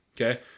okay